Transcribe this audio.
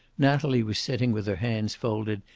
natalie was sitting with her hands folded,